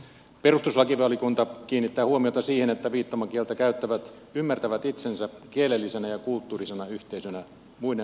perustuslakivaliokunta kiinnittää huomiota siihen että viittomakieltä käyttävät ymmärtävät itsensä kielellisenä ja kulttuurisena yhteisönä muiden vähemmistökieliryhmien tapaan